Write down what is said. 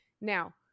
now